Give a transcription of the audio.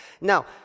Now